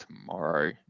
tomorrow